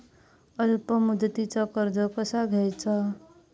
अल्प मुदतीचा कर्ज कसा घ्यायचा?